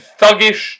thuggish